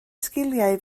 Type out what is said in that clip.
sgiliau